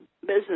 business